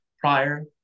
prior